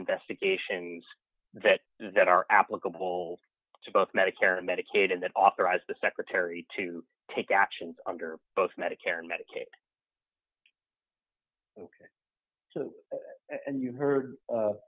investigations that that are applicable to both medicare and medicaid and that authorize the secretary to take actions under both medicare and medicaid and you heard